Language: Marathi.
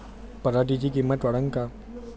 पराटीची किंमत वाढन का?